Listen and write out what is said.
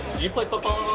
you play football